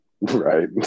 Right